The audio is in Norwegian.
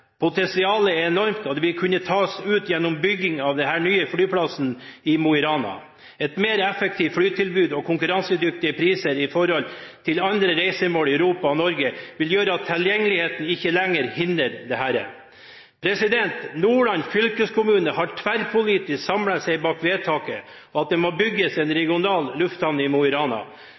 vil kunne tas ut gjennom bygging av denne nye flyplassen i Mo i Rana. Et mer effektivt flytilbud og konkurransedyktige priser i forhold til andre reisemål i Europa og Norge vil gjøre at tilgjengeligheten ikke lenger hindrer dette. Nordland fylkeskommune har tverrpolitisk samlet seg bak vedtaket om at det må bygges en regional lufthavn i Mo i Rana.